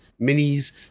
minis